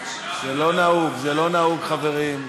זה לא נהוג, זה לא נהוג, חברים.